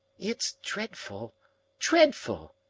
it's dreadful dreadful!